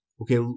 okay